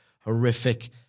horrific